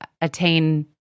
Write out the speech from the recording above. attain